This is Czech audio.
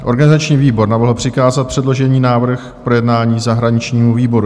Organizační výbor navrhl přikázat předložený návrh k projednání zahraničnímu výboru.